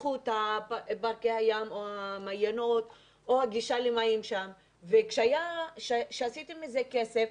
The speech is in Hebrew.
פתחו את פארקי הים או המעיינות או הגישה למים וכשעשיתם מזה כסף,